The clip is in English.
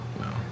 no